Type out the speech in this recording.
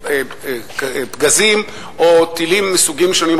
באיום אלא תחת פגזים או טילים מסוגים שונים,